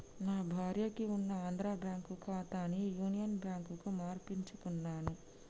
నా భార్యకి ఉన్న ఆంధ్రా బ్యేంకు ఖాతాని యునియన్ బ్యాంకుకు మార్పించుకున్నాను